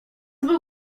był